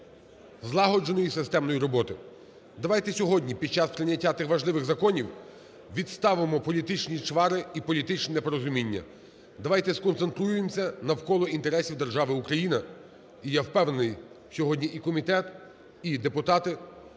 злагодженої і системної роботи. Давайте сьогодні під час прийняття тих важливих законів відставимо політичні чвари і політичне непорозуміння. Давайте сконцентруємося навколо інтересів держави Україна. І, я впевнений, сьогодні і комітет, і депутати